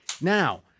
Now